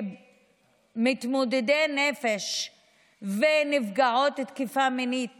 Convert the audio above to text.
כשמתמודדי נפש ונפגעות תקיפה מינית